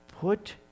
Put